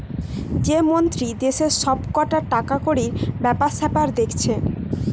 যে মন্ত্রী দেশের সব কটা টাকাকড়ির বেপার সেপার দেখছে